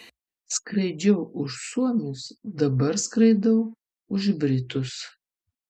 skraidžiau už suomius dabar skraidau už britus